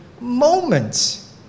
moments